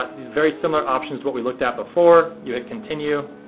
very similar options to what we looked at before. you hit continue